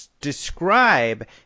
describe